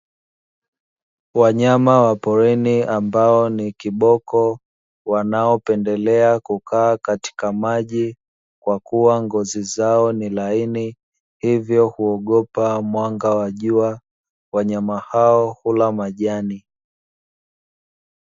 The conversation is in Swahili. Wanyama wa porini ambao ni kiboko, wanaopendelea kukaa katika maji, kwa kuwa ngozi zao ni laini, hivyo huogopa mwanga wa jua. Wanyama hao hula majani.